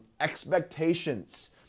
expectations